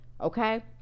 okay